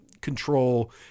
control